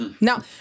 Now